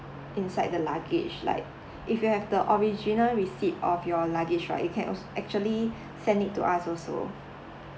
inside the luggage like if you have the original receipt of your luggage right you can als~ actually send it to us also